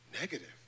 negative